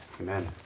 Amen